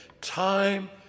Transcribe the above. time